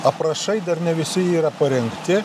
aprašai dar ne visi yra parengti